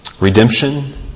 Redemption